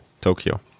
Tokyo